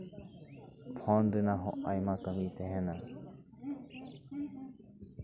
phone ᱨᱮᱱᱟᱜ ᱦᱚᱸ ᱟᱭᱢᱟ ᱠᱟᱹᱢᱤ ᱛᱟᱦᱮᱱᱟ